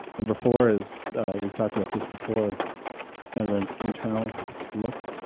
number four is we've talked about this before but an internal look,